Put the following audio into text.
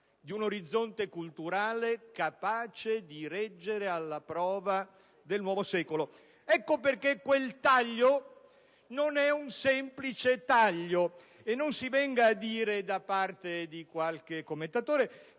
di un orizzonte culturale capace di reggere alla prova del nuovo secolo. Ecco perché quello apportato non è un semplice taglio. E non si venga a dire, da parte di qualche commentatore,